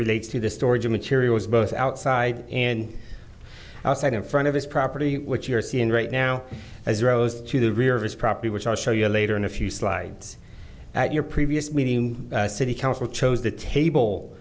relates to the storage of materials both outside and outside in front of his property which you're seeing right now as rows to the rear of his property which i'll show you later in a few slides at your previous city council chose the table